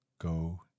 go